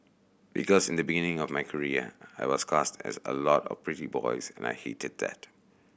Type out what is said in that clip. because in the beginning of my career I was cast as a lot of pretty boys and I hated that